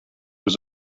was